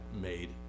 made